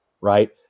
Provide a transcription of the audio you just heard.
right